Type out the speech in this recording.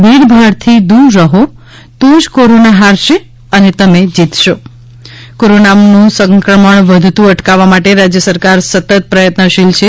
ભીડભાડ થી દૂર રહી તો જ કોરોના હારશે તમે જીતશો કોરોનાનું સંક્રમણ વધતું અટકાવવા માટે રાજ્ય સરકાર સતત પ્રયત્નશીલ છે